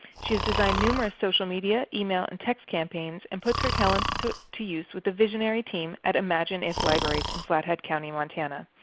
she has designed numerous social media, email, and text campaigns, and puts her talents to to use with a visionary team at imagineif libraries in flathead county montana.